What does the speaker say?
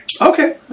Okay